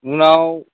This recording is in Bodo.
उनाव